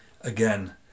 Again